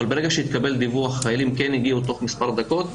וברגע שהתקבל דיווח החיילים כן הגיעו תוך מספר דקות,